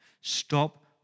Stop